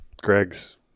Greg's